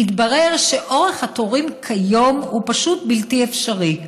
התברר שאורך התורים כיום הוא פשוט בלתי אפשרי.